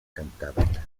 cantábrica